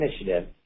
initiative